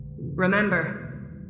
Remember